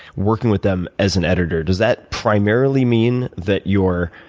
working with them as an editor. does that primarily mean that you're